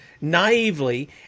naively